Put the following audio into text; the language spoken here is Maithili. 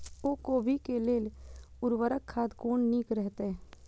ओर कोबी के लेल उर्वरक खाद कोन नीक रहैत?